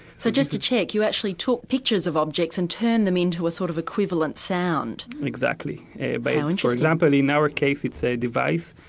so, just to check, you actually took pictures of objects and turned them into a sort of equivalent sound? exactly. but ah and for example, in our case, it's a device.